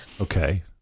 Okay